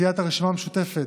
סיעת הרשימה המשותפת,